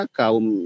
kaum